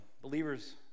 believers